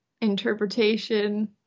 interpretation